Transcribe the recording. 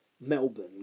Melbourne